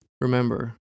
Remember